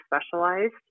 specialized